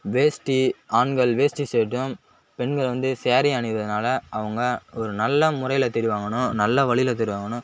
வேஸ்ட்டி ஆண்கள் வேஸ்ட்டி ஷேர்ட்டும் பெண்கள் வந்து சேரீயும் அணிவதுனால அவங்க ஒரு நல்ல முறையில் தெரிவாங்கன்னும் நல்ல வழியில் தெரிவாங்கன்னும்